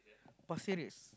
Pasir-Ris